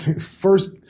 first